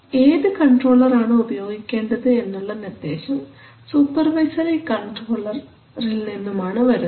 ഏത് കൺട്രോളർ ആണ് ഉപയോഗിക്കേണ്ടത് എന്നുള്ള നിർദ്ദേശം സൂപ്പർവൈസറി കൺട്രോളർ നിന്നുമാണ് വരുന്നത്